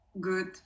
good